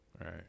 Right